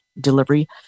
delivery